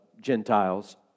Gentiles